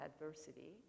adversity